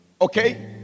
okay